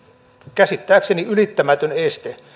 käsittääkseni ylittämätön este